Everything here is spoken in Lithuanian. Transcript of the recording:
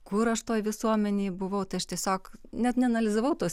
kur aš toj visuomenėj buvau tai aš tiesiog net neanalizavau tos